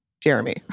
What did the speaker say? Jeremy